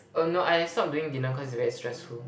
err no I stop doing dinner cause it's very stressful